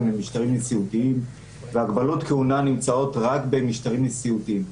למשטרים נשיאותיים והגבלות כהונה נמצאות רק במשטרים נשיאותיים.